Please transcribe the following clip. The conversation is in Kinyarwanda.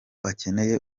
akeneye